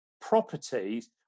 properties